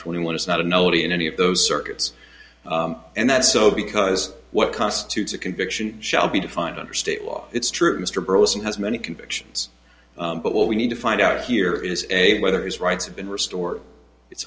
twenty one is not a nullity in any of those circuits and that so because what constitutes a conviction shall be defined under state law it's true mr burleson has many convictions but what we need to find out here is a whether his rights have been restored it's